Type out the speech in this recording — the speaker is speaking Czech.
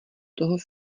tohoto